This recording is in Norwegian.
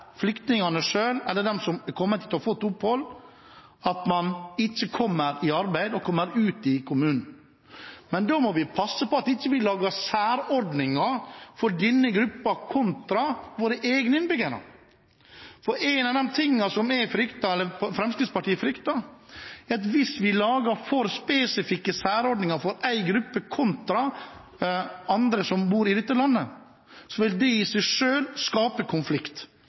flyktningene selv, de som har kommet hit og fått opphold – som er tjent med at man ikke kommer i arbeid og ut i en kommune. Men da må vi passe på at vi ikke lager særordninger for denne gruppen kontra våre egne innbyggere, for én av de tingene Fremskrittspartiet frykter, er at hvis vi lager for spesifikke særordninger for én gruppe kontra andre som bor i dette landet, vil det i seg selv skape konflikt.